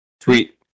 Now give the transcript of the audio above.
Tweet